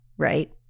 right